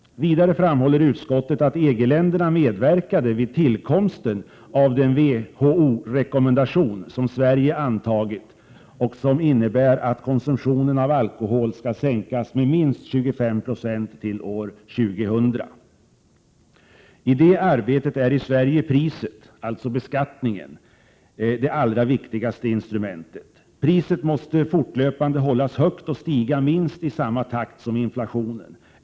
Vidare framhåller utskottet att EG-länderna medverkade vid tillkomsten av den WHO-rekommendation som Sverige antagit och som innebär att konsumtionen av alkohol skall takt som intlationen.